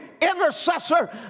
intercessor